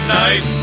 night